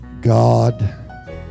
god